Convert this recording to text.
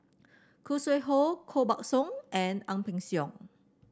Khoo Sui Hoe Koh Buck Song and Ang Peng Siong